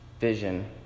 vision